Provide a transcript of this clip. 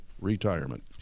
retirement